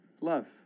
love